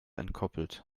entkoppelt